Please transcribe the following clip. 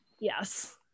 yes